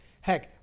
Heck